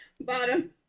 Bottom